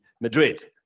Madrid